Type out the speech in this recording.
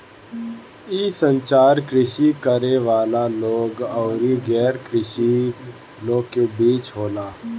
इ संचार कृषि करे वाला लोग अउरी गैर कृषि लोग के बीच होला